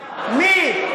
אותי היא שכנעה.